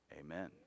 Amen